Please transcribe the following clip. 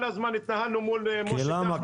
כל הזמן התנהלנו מול משה כחלון -- למה?